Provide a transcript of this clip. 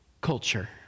culture